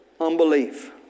unbelief